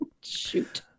Shoot